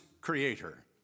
creator